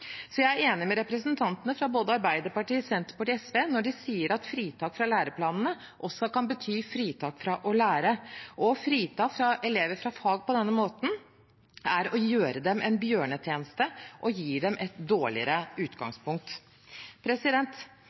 Jeg er enig med representantene fra både Arbeiderpartiet, Senterpartiet og SV når de sier at fritak fra læreplanene også kan bety fritak fra å lære. Å frita elever fra fag på denne måten er å gjøre dem en bjørnetjeneste og gir dem et dårligere utgangspunkt.